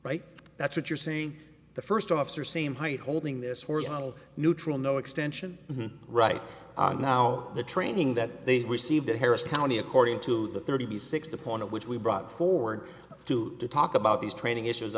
right that's what you're seeing the first officer same height holding this were neutral no extension right now the training that they received in harris county according to the thirty six the point to which we brought forward to talk about these training issues